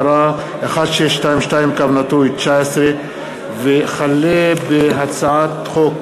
לדיון מוקדם: החל בהצעת חוק פ/1622/19 וכלה בהצעת חוק